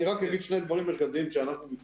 אני רק אגיד שני דברים מרכזיים שרלוונטיים